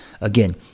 Again